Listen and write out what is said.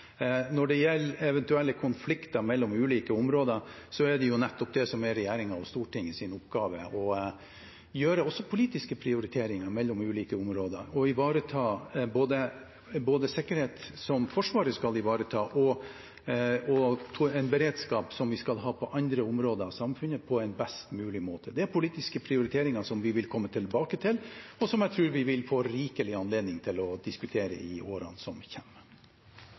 Når det gjelder eventuelle konflikter mellom ulike områder, er det jo nettopp det som er regjeringen og Stortingets oppgave, å gjøre politiske prioriteringer mellom ulike områder og ivareta både sikkerhet, som Forsvaret skal ivareta, og en beredskap, som vi skal ha på andre områder av samfunnet, på en best mulig måte. Det er politiske prioriteringer som vi vil komme tilbake til, og som jeg tror vi vil få rikelig anledning til å diskutere i årene som